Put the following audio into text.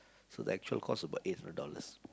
so the actual cost about eight hundred dollars